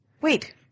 wait